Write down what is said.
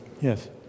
Yes